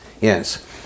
yes